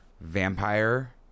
Vampire